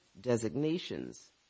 designations